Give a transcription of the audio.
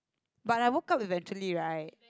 but I woke up eventually right